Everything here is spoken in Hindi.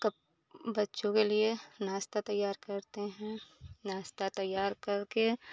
कप बच्चों के लिए नाश्ता तैयार करते हैं नाश्ता तैयार करके